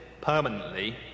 permanently